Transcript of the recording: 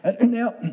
Now